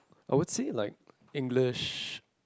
I would say like English